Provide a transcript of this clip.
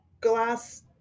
glass